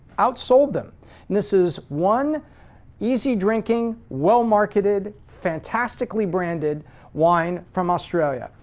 outsold them. and this is one easy-drinking, well-marketed fantastically branded wine from australia.